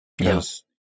Yes